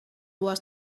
was